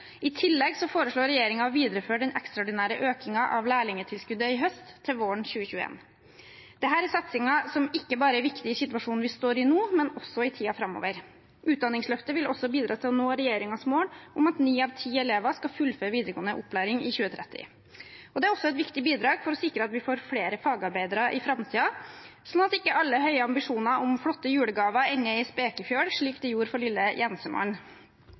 I tillegg foreslår regjeringen å videreføre den ekstraordinære økningen av lærlingtilskuddet i høst til våren 2021. Dette er satsinger som ikke bare er viktige i situasjonen vi står i nå, men også i tiden framover. Utdanningsløftet vil også bidra til å nå regjeringens mål om at ni av ti elever skal fullføre videregående opplæring i 2030. Det er også et viktig bidrag for å sikre at vi får flere fagarbeidere i framtiden, sånn at ikke alle høye ambisjoner om flotte julegaver ender i spekefjøl, slik det gjorde for lille Jensemann.